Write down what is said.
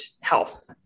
health